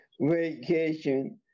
vacation